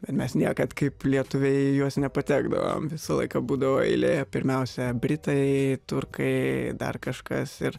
bet mes niekad kaip lietuviai į juos nepatekdavom visą laiką būdavo eilė pirmiausia britai turkai dar kažkas ir